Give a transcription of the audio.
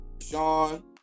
Sean